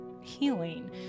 healing